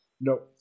No